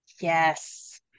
Yes